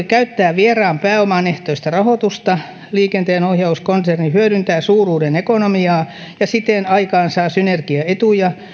käyttää vieraan pääoman ehtoista rahoitusta liikenteenohjauskonserni hyödyntää suuruuden ekonomiaa ja siten aikaansaa synergiaetuja